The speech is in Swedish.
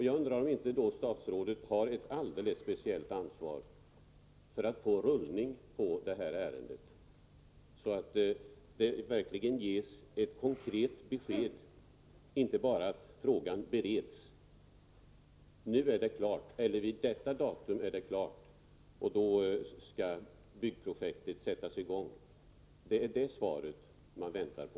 Jag undrar då om inte statsrådet har ett alldeles speciellt ansvar för att få rullning på ärendet, så att det verkligen ges ett konkret besked — inte bara sägs att frågan bereds — om vilket datum beredningen skall vara klar och byggprojektet sättas i gång. Det är det svaret man väntar på.